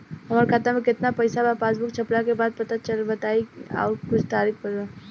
हमरा खाता में केतना पइसा बा पासबुक छपला के बाद पता चल जाई कि आउर कुछ तरिका बा?